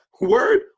Word